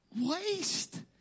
waste